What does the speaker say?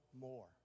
more